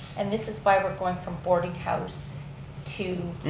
and this is why we're going from boarding house to